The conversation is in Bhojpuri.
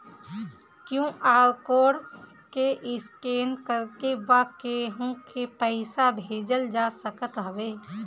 क्यू.आर कोड के स्केन करके बा केहू के पईसा भेजल जा सकत हवे